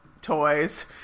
toys